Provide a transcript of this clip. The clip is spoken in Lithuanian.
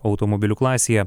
automobilių klasėje